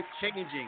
changing